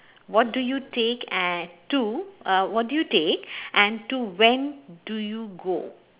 what do you take and two uh what do you take and two when do you go